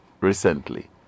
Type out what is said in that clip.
recently